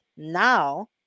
Now